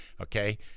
okay